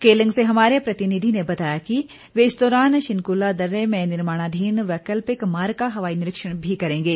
केलंग से हमारे प्रतिनिधि ने बताया है कि वे इस दौरान शिन्कुला दर्रे में निर्माणाधीन वैकल्पिक मार्ग का हवाई निरीक्षण भी करेंगे